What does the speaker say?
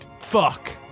Fuck